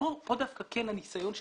כאן דווקא כן הניסיון שלנו.